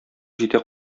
җитә